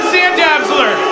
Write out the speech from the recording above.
Sandabsler